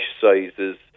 sizes